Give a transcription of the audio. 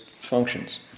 functions